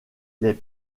les